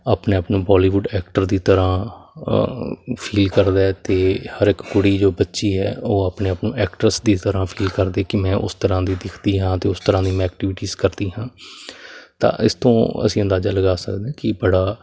ਆਪਣੇ ਆਪ ਨੂੰ ਬਾਲੀਵੁੱਡ ਐਕਟਰ ਦੀ ਤਰ੍ਹਾਂ ਫੀਲ ਕਰਦਾ ਅਤੇ ਹਰ ਇੱਕ ਕੁੜੀ ਜੋ ਬੱਚੀ ਹੈ ਉਹ ਆਪਣੇ ਆਪ ਨੂੰ ਐਕਟਰਸ ਦੀ ਤਰ੍ਹਾਂ ਫੀਲ ਕਰਦੀ ਕਿ ਮੈਂ ਉਸ ਤਰ੍ਹਾਂ ਦੀ ਦਿਖਦੀ ਹਾਂ ਅਤੇ ਉਸ ਤਰ੍ਹਾਂ ਦੀ ਮੈਂ ਐਕਟੀਵਿਟੀਜ ਕਰਦੀ ਹਾਂ ਤਾਂ ਇਸ ਤੋਂ ਅਸੀਂ ਅੰਦਾਜ਼ਾ ਲਗਾ ਸਕਦੇ ਕਿ ਬੜਾ